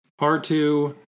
R2